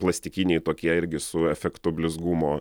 plastikiniai tokie irgi su efektu blizgumo